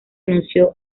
anunció